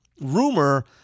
rumor